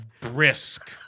brisk